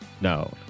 no